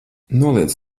noliec